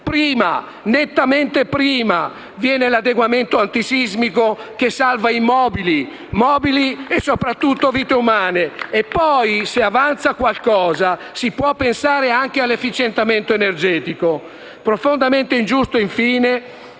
prima, nettamente prima, viene l'adeguamento antisismico che salva immobili, mobili e soprattutto vite umane e poi, se avanza qualcosa, si può pensare anche all'efficientamento energetico *(Applausi